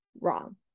wrong